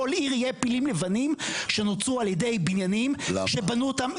בכל עיר יהיו פילים לבנים שנוצרו על ידי בניינים שבנו אותם.